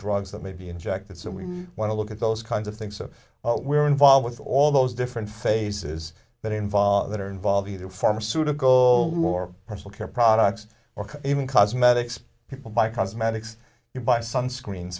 drugs that may be injected so we want to look at those kinds of things so we're involved with all those different phases that involve that are involved either pharmaceutical more personal care products or even cosmetics people buy cosmetics you buy sunscreen